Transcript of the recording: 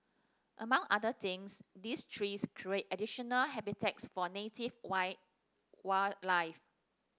among other things these trees create additional habitats for native wild wildlife